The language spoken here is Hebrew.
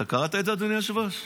אתה קראת את זה, אדוני היושב-ראש?